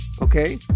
Okay